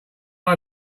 are